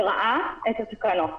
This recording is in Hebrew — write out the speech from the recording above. לרעה את התקנות.